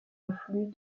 affluent